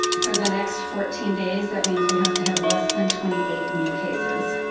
for the next fourteen days, that means we have to have less than twenty eight new cases.